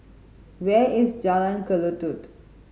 where is Jalan Kelulut